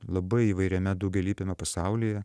labai įvairiame daugialypiame pasaulyje